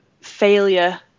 failure